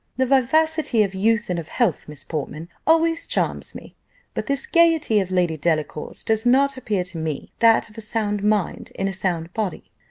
the vivacity of youth and of health, miss portman, always charms me but this gaiety of lady delacour's does not appear to me that of a sound mind in a sound body.